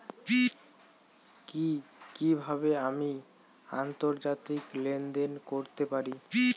কি কিভাবে আমি আন্তর্জাতিক লেনদেন করতে পারি?